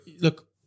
Look